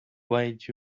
guide